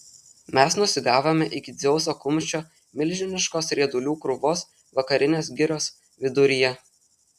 mes nusigavome iki dzeuso kumščio milžiniškos riedulių krūvos vakarinės girios viduryje